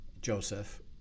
Joseph